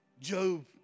Job